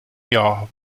jahr